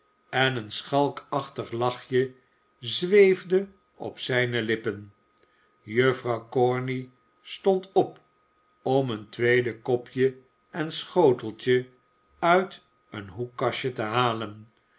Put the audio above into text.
en een j schalkachtig lachje zweefde op zijne lippen juffrouw corney stond op om een tweede kopje i en schoteltje uit een hoekkastje te halen